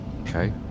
Okay